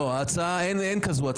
לא, אין כזאת הצעה.